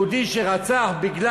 יהודי שבא